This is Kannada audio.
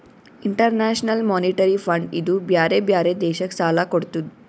ಇಂಟರ್ನ್ಯಾಷನಲ್ ಮೋನಿಟರಿ ಫಂಡ್ ಇದೂ ಬ್ಯಾರೆ ಬ್ಯಾರೆ ದೇಶಕ್ ಸಾಲಾ ಕೊಡ್ತುದ್